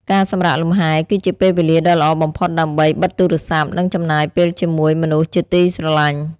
ការសម្រាកលំហែ គឺជាពេលវេលាដ៏ល្អបំផុតដើម្បីបិទទូរស័ព្ទ និងចំណាយពេលជាមួយមនុស្សជាទីស្រឡាញ់។